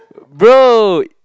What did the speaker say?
bro